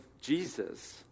Jesus